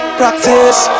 practice